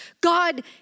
God